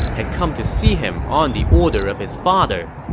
had come to see him on the order of his father.